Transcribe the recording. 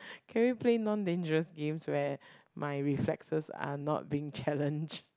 can we play non dangerous games where my reflexes are not being challenged